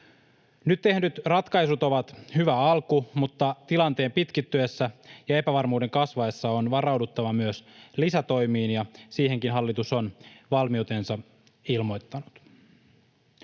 Nyt tehdyt ratkaisut ovat hyvä alku, mutta tilanteen pitkittyessä ja epävarmuuden kasvaessa on varauduttava myös lisätoimiin, ja siihenkin hallitus on valmiutensa ilmoittanut.